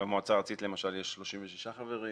במועצה הארצית למשל יש 36 חברים,